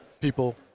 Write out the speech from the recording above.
People